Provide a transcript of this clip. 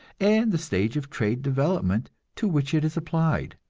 and the stage of trade development to which it is applied.